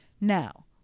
now